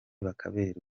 bakaberwa